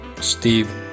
Steve